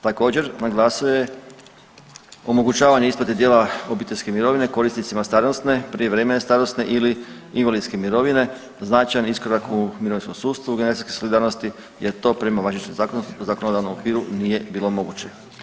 Također naglasio je omogućavanje isplate dijela obiteljske mirovine korisnicima starosne, prijevremene starosne ili invalidske mirovine, značajan iskorak u mirovinskom sustavu generacijske solidarnosti jer to prema važećem zakonodavnom okviru nije bilo moguće.